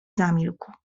zamilkł